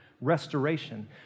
restoration